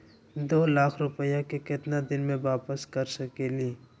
दो लाख रुपया के केतना दिन में वापस कर सकेली?